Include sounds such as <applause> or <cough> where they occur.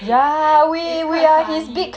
<breath> <breath> it's quite funny